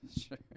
Sure